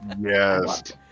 Yes